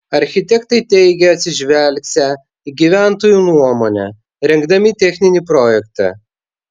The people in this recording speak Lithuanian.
architektai teigė atsižvelgsią į gyventojų nuomonę rengdami techninį projektą